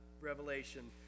Revelation